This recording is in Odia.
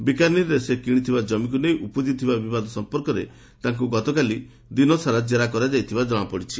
ବିକାନିର୍ରେ ସେ କିଶିଥିବା ଜମିକୁ ନେଇ ଉପୁଜିଥିବା ବିବାଦ ସଂପର୍କରେ ତାଙ୍କୁ ଗତକାଲି ଦିନସାରା କ୍ଷେରା କରାଯାଇଥିବା ଜଣାପଡ଼ିଛି